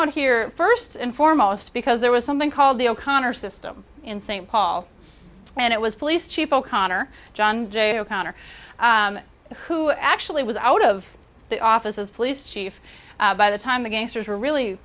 out here first and foremost because there was something called the o'connor system in st paul and it was police chief o'connor john j o'connor who actually was out of the office as police chief by the time the gangsters were really